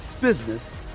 business